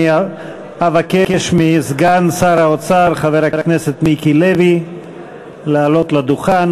אני אבקש מסגן שר האוצר חבר הכנסת מיקי לוי לעלות לדוכן.